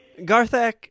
Garthak